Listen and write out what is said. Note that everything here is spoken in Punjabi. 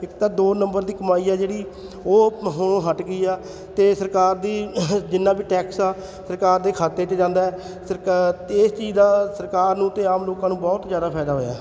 ਇੱਕ ਤਾਂ ਦੋ ਨੰਬਰ ਦੀ ਕਮਾਈ ਹੈ ਜਿਹੜੀ ਉਹ ਹੋਣੋ ਹਟ ਗਈ ਆ ਅਤੇ ਸਰਕਾਰ ਦੀ ਜਿੰਨਾ ਵੀ ਟੈਕਸ ਆ ਸਰਕਾਰ ਦੇ ਖਾਤੇ 'ਚ ਜਾਂਦਾ ਹੈ ਸਰਕਾ ਅਤੇ ਇਸ ਚੀਜ਼ ਦਾ ਸਰਕਾਰ ਨੂੰ ਅਤੇ ਆਮ ਲੋਕਾਂ ਨੂੰ ਬਹੁਤ ਜ਼ਿਆਦਾ ਫਾਇਦਾ ਹੋਇਆ